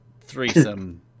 threesome